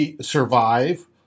survive